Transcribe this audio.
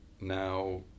Now